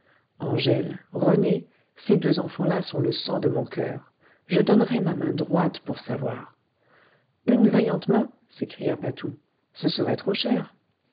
angèle rené ces deux enfants-là sont le sang de mon coeur je donnerais ma main droite pour savoir une vaillante main s'écria patou ce serait trop cher